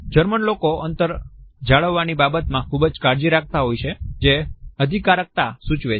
German લોકો અંતર જાળવાની બાબત માં ખુબ કાળજી રાખતા હોય છે તે અધીકારકતા સૂચવે છે